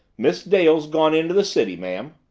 miss dale's gone into the city, ma'am.